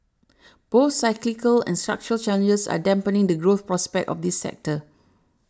both cyclical and structural challenges are dampening the growth prospects of this sector